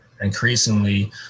increasingly